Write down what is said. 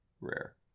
rare